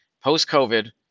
post-COVID